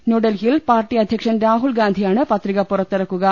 ന്യൂഡൽഹിയിൽ പാർട്ടി അധ്യക്ഷൻ രാഹുൽ ഗാന്ധി യാണ് പത്രിക പുറത്തിറക്കുക